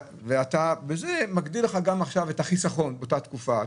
זה מגדיל את החיסכון באותה תקופה.